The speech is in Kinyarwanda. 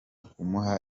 kumuha